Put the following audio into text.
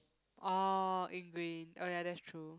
orh angry oh ya that's true